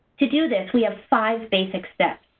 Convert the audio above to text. to do this, we have five basic steps.